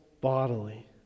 bodily